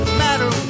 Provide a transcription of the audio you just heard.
matter